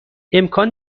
امکان